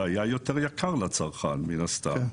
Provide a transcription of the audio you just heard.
זה היה יותר יקר לצרכן, מן הסתם,